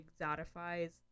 exotifies